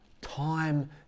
time